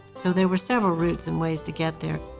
so there were several routes and ways to get there.